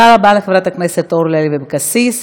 תודה רבה לחברת הכנסת אורלי לוי אבקסיס.